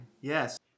yes